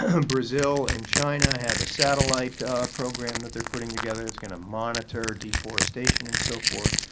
and brazil and china have a satellite program that they're putting together. it's going to monitor deforestation and so forth.